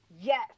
Yes